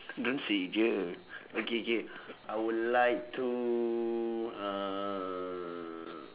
don't say jer okay K I would like to uh